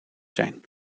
zijn